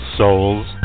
souls